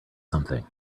something